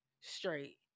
straight